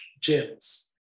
gyms